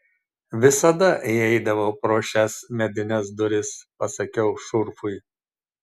visada įeidavau pro šias medines duris pasakiau šurfui